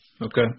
Okay